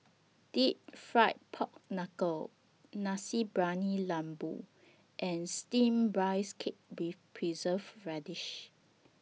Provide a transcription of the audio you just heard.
Deep Fried Pork Knuckle Nasi Briyani Lembu and Steamed Rice Cake with Preserved Radish